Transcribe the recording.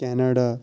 Canada